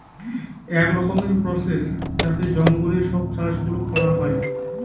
এক রকমের প্রসেস যাতে জঙ্গলে সব চাষ গুলো করা হয়